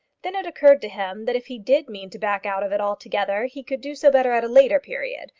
then it occurred to him that if he did mean to back out of it altogether he could do so better at a later period,